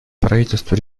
правительству